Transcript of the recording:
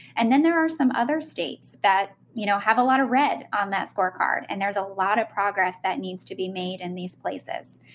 and then there are some other states that you know have a lot of red on that scorecard, and there's a lot of progress that needs to be made in these places.